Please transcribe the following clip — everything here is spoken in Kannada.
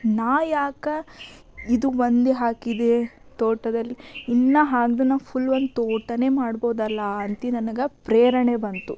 ನಾ ಯಾಕೆ ಇದು ಒಂದೇ ಹಾಕಿದೆ ತೋಟದಲ್ಲಿ ಇನ್ನೂ ಹಾಕಿದ್ರೆ ಫುಲ್ ಒಂದು ತೋಟನೇ ಮಾಡ್ಬೋದಲ್ಲ ಅಂತ ನನಗೆ ಪ್ರೇರಣೆ ಬಂತು